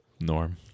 Norm